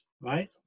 right